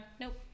nope